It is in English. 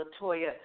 LaToya